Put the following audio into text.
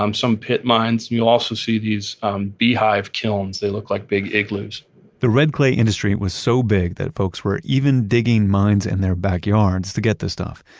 um some pit mines. and you'll also see these beehive kilns. they look like big igloos the red clay industry was so big that folks were even digging mines in their backyards to get the stuff.